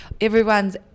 Everyone's